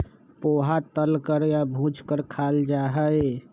पोहा तल कर या भूज कर खाल जा हई